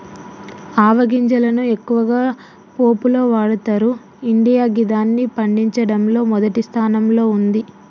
ఆవ గింజలను ఎక్కువగా పోపులో వాడతరు ఇండియా గిదాన్ని పండించడంలో మొదటి స్థానంలో ఉంది